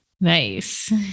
Nice